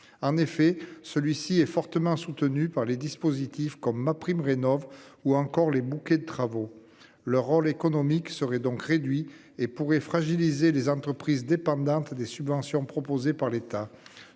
En effet, celui-ci est fortement soutenu par les dispositifs comme ma prime Rénov'ou encore les bouquets de travaux le rôle économique serait donc réduit et pourrait fragiliser les entreprises, dépendantes des subventions proposées par l'État.